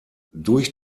durch